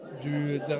Du